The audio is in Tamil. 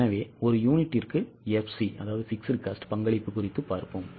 எனவே ஒரு யூனிட்டுக்கு FC பங்களிப்பு குறித்து பார்ப்போம்